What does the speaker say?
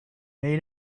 made